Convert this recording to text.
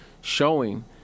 showing